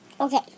Okay